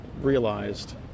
realized